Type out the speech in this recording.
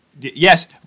Yes